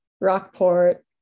Rockport